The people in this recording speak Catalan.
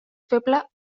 feble